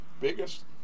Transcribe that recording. biggest